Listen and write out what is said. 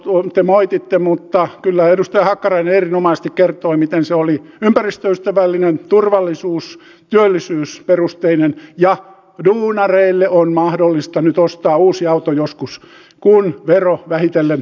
autoveron te moititte mutta kyllä edustaja hakkarainen erinomaisesti kertoi miten se oli ympäristöystävällinen turvallisuus työllisyysperusteinen ja duunareille on mahdollista nyt ostaa uusi auto joskus kun vero vähitellen alenee